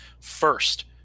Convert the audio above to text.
first